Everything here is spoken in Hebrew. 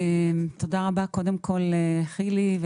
תודה רבה לחילי,